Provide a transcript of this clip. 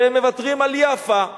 שהם מוותרים על יאפא,